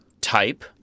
type